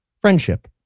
friendship